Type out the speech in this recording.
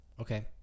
Okay